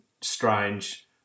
strange